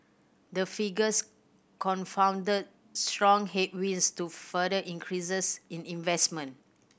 the figures confounded strong headwinds to further increases in investment